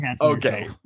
Okay